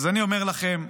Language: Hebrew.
אני אומר לכם,